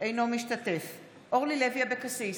אינו משתתף בהצבעה אורלי לוי אבקסיס,